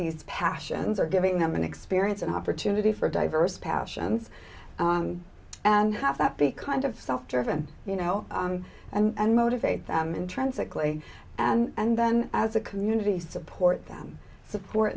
these passions or giving them an experience an opportunity for diverse passions and have that be kind of self driven you know and motivate them intrinsically and then as a community support them support